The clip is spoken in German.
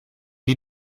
die